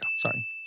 Sorry